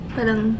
Parang